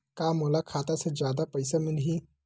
का मोला खाता से जादा पईसा मिलही?